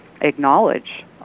acknowledge